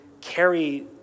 carry